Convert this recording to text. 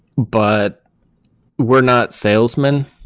but we're not salesman.